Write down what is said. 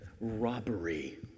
robbery